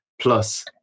plus